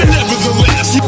nevertheless